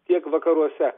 tiek vakaruose